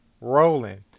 rolling